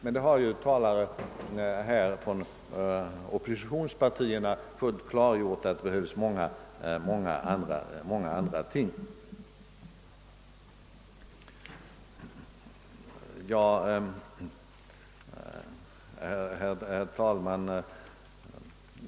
Tidigare talare från oppositionspartierna har ju här klargjort att det behövs många andra åtgärder. Herr talman!